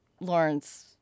Lawrence